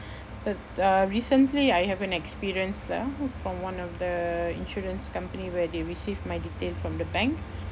but uh recently I have an experience ah from one of the insurance company where they receive my detail from the bank